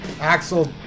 Axel